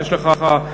בבקשה?